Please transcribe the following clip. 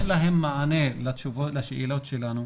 אין להם מענה לשאלות שלנו.